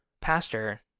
pastor